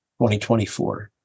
2024